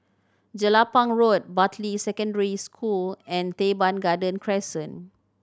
Jelapang Road Bartley Secondary School and Teban Garden Crescent